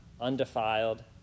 undefiled